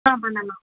என்ன பண்ணணும்